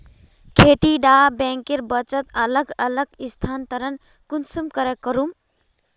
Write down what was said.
खेती डा बैंकेर बचत अलग अलग स्थानंतरण कुंसम करे करूम?